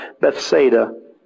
Bethsaida